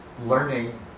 learning